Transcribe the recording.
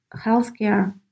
healthcare